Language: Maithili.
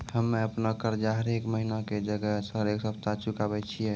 हम्मे अपनो कर्जा हरेक महिना के जगह हरेक सप्ताह चुकाबै छियै